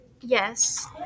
Yes